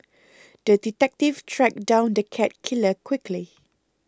the detective tracked down the cat killer quickly